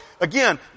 Again